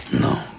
No